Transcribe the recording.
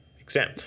exam